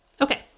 Okay